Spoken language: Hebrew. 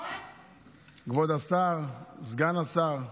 כבוד השר, סגן השר,